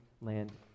land